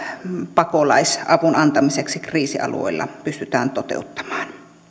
pakolaisavun antamiseksi kriisialueilla pystytään toteuttamaan